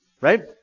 right